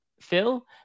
Phil